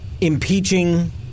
impeaching